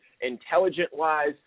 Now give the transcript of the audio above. intelligent-wise